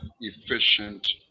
efficient